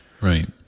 right